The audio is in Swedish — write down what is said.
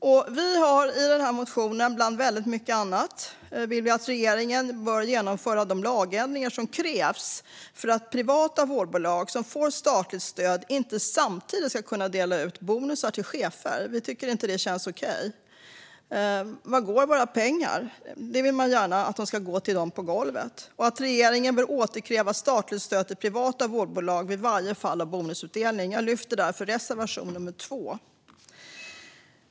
Vi vill i vår motion bland väldigt mycket annat att regeringen genomför de lagändringar som krävs för att privata vårdbolag som får statligt stöd inte samtidigt ska kunna dela ut bonusar till chefer. Vi tycker inte att det känns okej. Vart går våra pengar? Vi vill gärna att de ska gå till dem på golvet. Vi säger också att regeringen bör återkräva statligt stöd till privata vårdbolag vid varje fall av bonusutdelning. Jag yrkar därför bifall till reservation nummer 4.